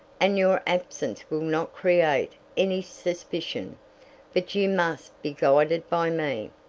and your absence will not create any suspicion but you must be guided by me.